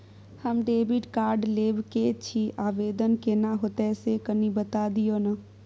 हम debit card लेब के छि, आवेदन केना होतै से कनी बता दिय न?